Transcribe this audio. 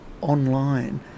online